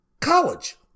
College